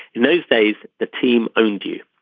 in those days the team owned you.